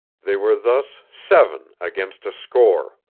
they were thus seven against a score.